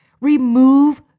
remove